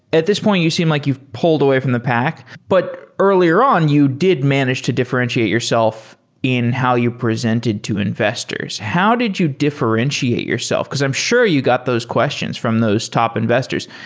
at this point you seem like you've pulled away from the pack. but earlier on, you did manage to differentiate yourself in how you presented to investors. how did you differentiate yourself? because i'm sure you got those questions from those top investors.